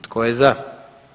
Tko je za?